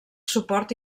suport